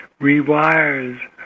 rewires